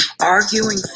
Arguing